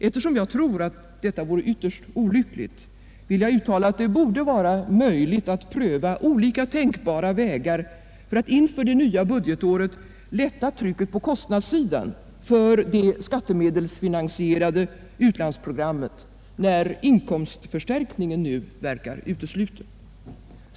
Eftersom jag tror att detta vore ytterst olyckligt vill jag uttala att det borde vara möjligt att pröva olika tänkbara vägar för att inför det nya budgetåret lätta trycket på kostnadssidan för det skattemedelsfinansierade utlandsprogrammet, när en inkomstförstärkning nu verkar utesluten.